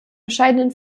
bescheidenen